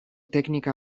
teknika